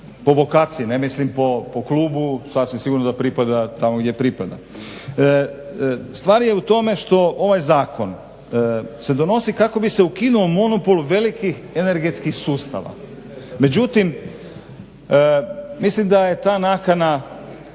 po vokaciji, ne mislim po klubu sasvim sigurno pripada tamo gdje pripada. Stvar je u tome što ovaj zakon se donosi kako bi se ukinuo monopol velikih energetskih sustava. Međutim mislim da je ta nakana